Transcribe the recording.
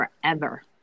forever